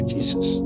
Jesus